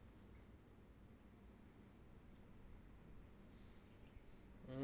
mm